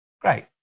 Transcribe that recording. Great